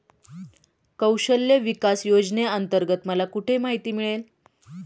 कौशल्य विकास योजनेअंतर्गत मला कुठे माहिती मिळेल?